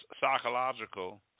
psychological